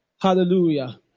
Hallelujah